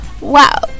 Wow